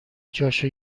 جاشو